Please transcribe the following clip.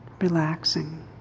Relaxing